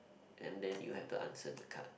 and then you have to answer the card